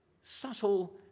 subtle